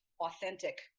authentic